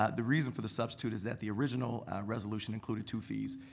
ah the reason for the substitute is that the original resolution including two fees,